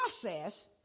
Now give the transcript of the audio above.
process